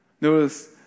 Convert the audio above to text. Notice